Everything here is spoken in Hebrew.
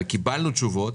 וקיבלנו תשובות,